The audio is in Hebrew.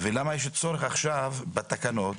ולמה יש צורך עכשיו בתקנות?